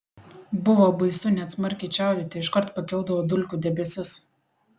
buvo baisu net smarkiai čiaudėti iškart pakildavo dulkių debesis